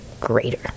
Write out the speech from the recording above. greater